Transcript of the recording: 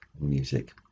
music